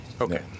Okay